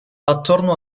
attorno